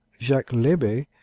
jacques leber,